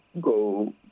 go